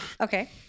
Okay